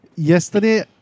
Yesterday